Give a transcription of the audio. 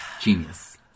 Genius